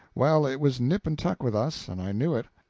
well, it was nip and tuck with us, and i knew it.